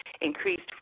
increased